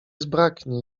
zbraknie